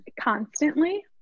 Constantly